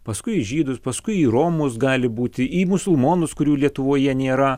paskui į žydus paskui į romus gali būti į musulmonus kurių lietuvoje nėra